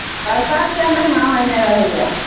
बरसात कए महीना अहाँ ओने रहैया